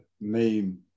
name